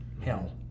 hell